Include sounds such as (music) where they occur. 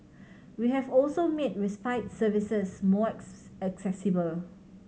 (noise) we have also made respite services more (unintelligible) accessible